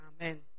Amen